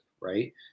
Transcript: right